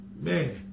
Man